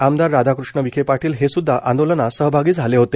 आमदार राधाकृष्ण विखे पाटील हे सुद्धा आंदोलनात सहभागी झाले होते